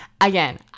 again